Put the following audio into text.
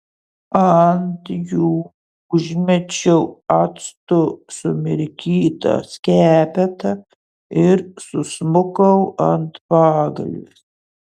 ant jų užmečiau actu sumirkytą skepetą ir susmukau ant pagalvės